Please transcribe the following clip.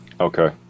okay